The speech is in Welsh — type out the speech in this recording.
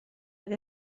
oedd